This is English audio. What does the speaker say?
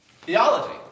Theology